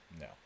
No